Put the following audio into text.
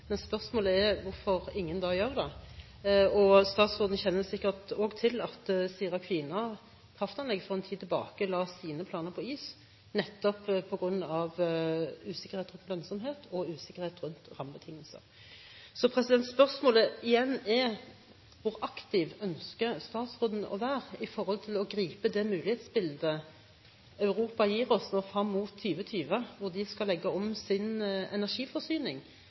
men spørsmålet er hvorfor ingen da gjør det. Statsråden kjenner sikkert også til at Sira-Kvina kraftanlegg for en tid tilbake la sine planer på is, nettopp på grunn av usikkerhet rundt lønnsomhet og usikkerhet rundt rammebetingelser. Så spørsmålet igjen er: Hvor aktiv ønsker statsråden å være i forhold til å gripe det mulighetsbildet Europa gir oss nå frem mot 2020, hvor de skal legge om sin energiforsyning,